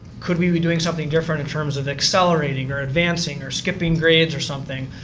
could we be doing something different in terms of accelerating or advancing or skipping grades or something.